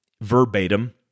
verbatim